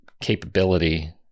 capability